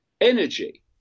energy